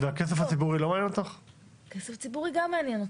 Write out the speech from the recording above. והכסף הציבורי לא מעניין אותך?